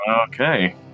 Okay